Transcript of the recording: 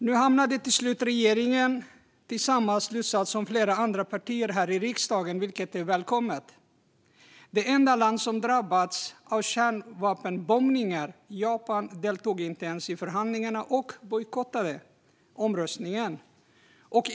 Nu kom regeringen till slut till samma slutsats som flera andra partier här i riksdagen, vilket var välkommet. Det enda land som drabbats av kärnvapenbombningar - Japan - deltog inte ens i förhandlingarna och bojkottade omröstningen.